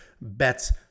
bets